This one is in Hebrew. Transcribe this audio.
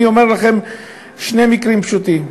אני אתאר לכם שני מקרים פשוטים.